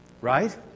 Right